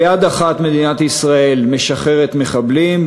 ביד אחת מדינת ישראל משחררת מחבלים,